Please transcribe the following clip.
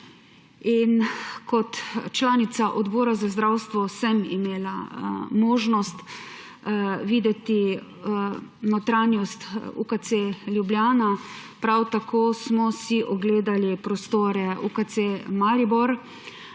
Kot članica Odbora za zdravstvo sem imela možnost videti notranjost UKC Ljubljana, prav tako smo si ogledali prostore UKC Maribor,